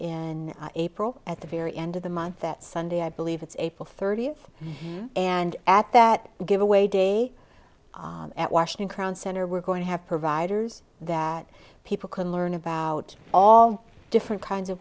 in april at the very end of the month that sunday i believe it's april thirtieth and at that giveaway day at washington crown center we're going to have providers that people can learn about all different kinds of